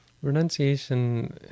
Renunciation